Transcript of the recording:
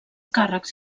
càrrecs